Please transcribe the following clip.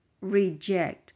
reject